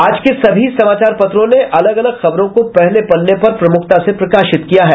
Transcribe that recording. आज के सभी समाचार पत्रों ने अलग अलग खबरों को पहले पन्ने पर प्रमुखता से प्रकाशित किया है